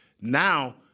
Now